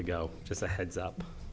ago just a heads up